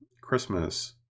Christmas